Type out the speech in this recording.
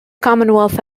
commonwealth